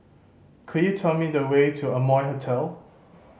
could you tell me the way to Amoy Hotel